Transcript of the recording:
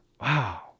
Wow